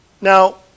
Now